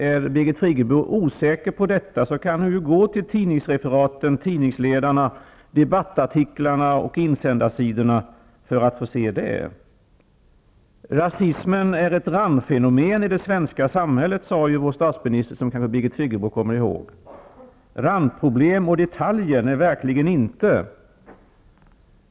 Är Birgit Friggebo osäker på detta kan hon ju gå till tidningsreferaten, till tidningsledarna, debattartiklarna och insändarsidorna. Rasismen är ett randfenomen i det svenska samhället, sade vår statsminister, som Birgit Friggebo kanske kommer ihåg. Randproblem och detaljer -- nej, verkligen inte!